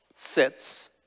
sits